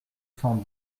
cent